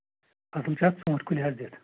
اَصٕل چھِ اَتھ ژوٗنٹھۍ کُلۍ حظ دِتھ